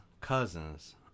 Cousins